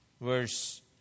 verse